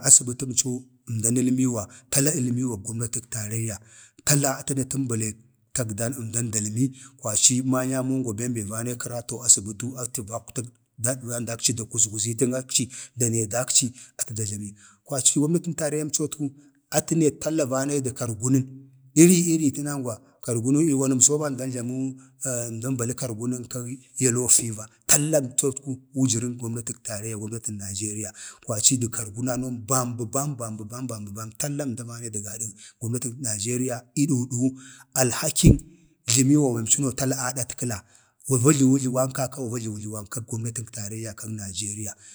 azbətəmco əmdan əlmiiwa tala əlmiwan gomnatəg taraiyya tala atə a təmbəlayik tagdan əmdan dalmi, kwaci manyamongwa bembe vane kəraton to azbətu atu vaktan da kuzguzikci atə da jlame kwaci gomnatin taraiyyamcotku atə ne tala va nayə du kargunən iri iri ii tinangwa kargunu iiwanəmso ba əmdan jlamuu əmdan baluu kargunən kag yaloo fiva talla əmcotku, wujərən gomnatik taraiyya gomnatəg nijeriya kwaci dəg kargunanon bam bə bam bam be bam bam bə bam talla əmda vanayi du gadəg gomnatag nijeriya duduwu əlhakig jləmiwa əmcəno tala adatkəla, wa va jləwi jləwan kaka wa va jləwi jləwəg gomnatəg taraiyya kag nijeriya,